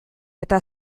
eta